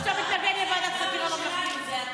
שאתה מתנגד לוועדת חקירה ממלכתית.